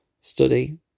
study